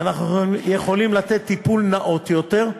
ואנחנו יכולים לתת טיפול נאות יותר,